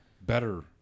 better